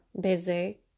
busy